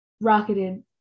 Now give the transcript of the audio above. rocketed